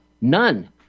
None